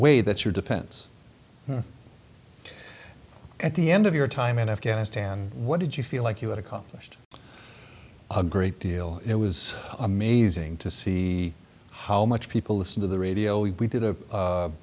way that your defense at the end of your time in afghanistan what did you feel like you had accomplished a great deal it was amazing to see how much people listen to the radio we did